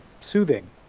soothing